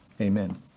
Amen